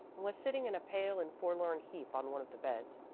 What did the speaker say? and was sitting in a pale and forlorn heap on one of the beds.